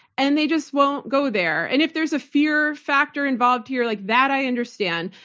and they just won't go there. and if there's a fear factor involved here, like that i understand.